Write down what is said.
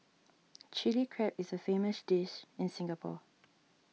Chilli Crab is a famous dish in Singapore